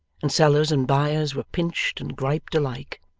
and sellers and buyers were pinched and griped alike.